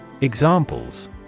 Examples